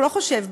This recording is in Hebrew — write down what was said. לא חושב,